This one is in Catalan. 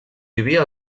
vivia